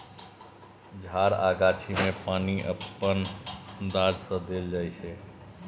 झार आ गाछी मे पानि अपन अंदाज सँ देल जाइ छै